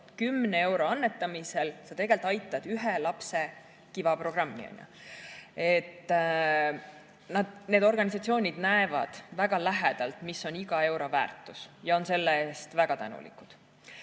Kümne euro annetamisel aitad sa tegelikult ühe lapse KiVa programmi. Nii et organisatsioonid näevad väga lähedalt, mis on iga euro väärtus, ja on selle eest väga tänulikud. Kuidas